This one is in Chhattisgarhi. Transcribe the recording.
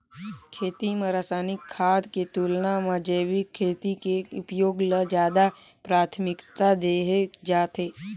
खेती म रसायनिक खाद के तुलना म जैविक खेती के उपयोग ल ज्यादा प्राथमिकता देहे जाथे